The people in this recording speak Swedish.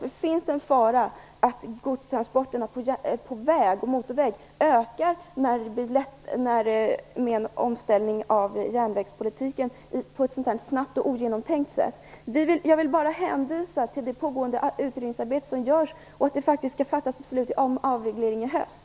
Det finns en fara för att godstransporterna på motorväg ökar när järnvägspolitiken ställs om på ett snabbt och ogenomtänkt sätt. Jag vill bara hänvisa till det pågående utredningsarbetet. Det skall faktiskt fattas beslut om avreglering i höst.